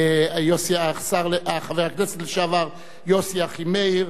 חבר הכנסת לשעבר יוסי אחימאיר,